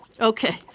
Okay